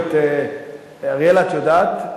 אריאלה, את יודעת?